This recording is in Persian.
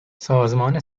سازمان